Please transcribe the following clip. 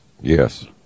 Yes